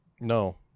No